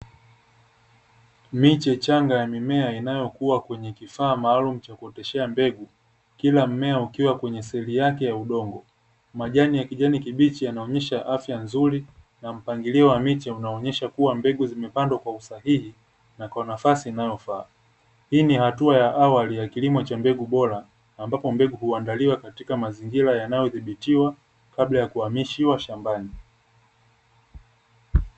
Miche changa ya mimea inayokua kwenye kifaa maalumu cha kuoteshea mbegu, kila mmea ukiwa kwenye seli yake ya udongo. Majani ya kijani kibichi yanaonyesha afya nzuri na mpangilio wa miche unaonyesha kuwa mbegu zimepandwa kwa usahihi na kwa nafasi inayofaa. Hii ni hatua ya awali ya kilimo cha mbegu bora ambapo mbegu huandaliwa katika mazingira yaliyodhibitiwa kabla ya kuhamishiwa shambani.